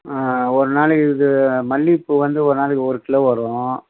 ஒரு நாளைக்கு இது மல்லிப்பூ வந்து ஒரு நாளைக்கு ஒரு கிலோ வரும்